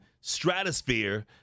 stratosphere